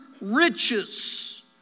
riches